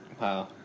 Wow